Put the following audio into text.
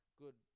good